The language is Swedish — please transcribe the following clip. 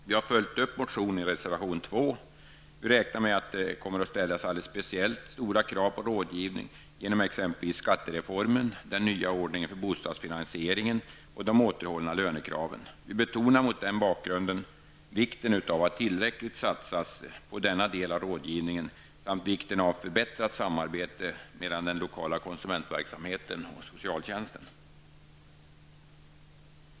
Vi har följt upp motionen i reservation 2. Vi räknar med att det kommer att ställas alldeles speciellt stora krav på rådgivning på grund av exempelvis skattereformen, den nya ordningen för bostadsfinansieringen och de återhållna lönekraven. Vi betonar mot denna bakgrund vikten av att tillräckligt mycket satsas på denna del av rådgivningen samt vikten av förbättrat samarbete mellan den lokala konsumentverksamheten och socialtjänsten.